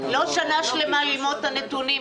לא ללמוד את הנושא שנה שלמה,